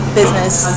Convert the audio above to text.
business